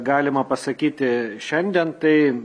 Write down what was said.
galima pasakyti šiandien tai